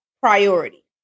priority